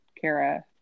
Kara